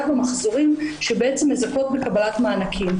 במחזורים שבעצם מזכים בקבלת מענקים.